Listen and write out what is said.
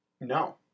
No